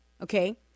okay